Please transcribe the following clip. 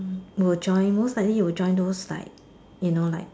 will join most likely will join those like you know like